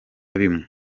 bimwe